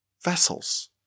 vessels